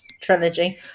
trilogy